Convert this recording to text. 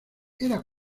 era